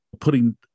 putting